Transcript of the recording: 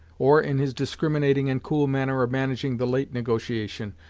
or in his discriminating and cool manner of managing the late negotiation,